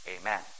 amen